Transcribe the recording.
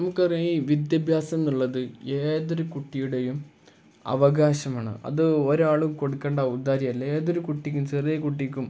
നമുക്കറിയാം ഈ വിദ്യാഭ്യാസം എന്നുള്ളത് ഏതൊരു കുട്ടിയുടെയും അവകാശമാണ് അത് ഒരാളും കൊടുക്കണ്ട ഔദാര്യം അല്ല ഏതൊരു കുട്ടിക്കും ചെറിയ കുട്ടിക്കും